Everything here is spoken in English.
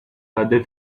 other